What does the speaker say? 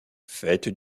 fêtes